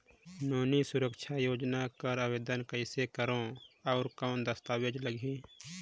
नोनी सुरक्षा योजना कर आवेदन कइसे करो? और कौन दस्तावेज लगही?